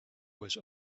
was